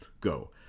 go